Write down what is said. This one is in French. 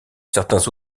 certains